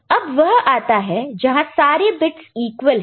अब वह आता है जहां सारे बिट्स इक्वल है